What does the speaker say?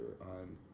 on